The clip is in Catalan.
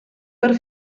per